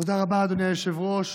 תודה רבה, אדוני היושב-ראש.